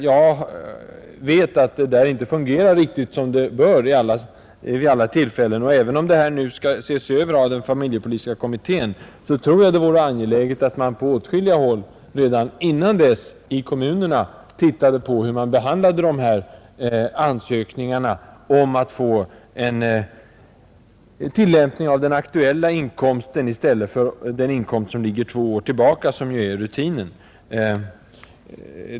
Jag vet att det här inte fungerar riktigt som det bör vid alla tillfällen. Och även om saken nu skall ses över av familjepolitiska kommittén tror jag det vore angeläget att man på åtskilliga håll i kommunerna redan innan dess tittade på hur man behandlar ansökningar om tillämpning av den aktuella inkomsten i stället för den inkomst som ligger två år tillbaka, som ju normalt används.